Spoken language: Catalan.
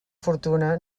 fortuna